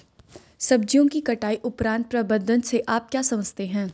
सब्जियों की कटाई उपरांत प्रबंधन से आप क्या समझते हैं?